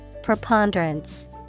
preponderance